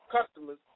customers